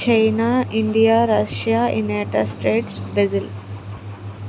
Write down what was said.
China India Russia United States Brazil